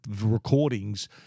recordings